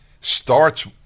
starts